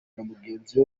mugenzi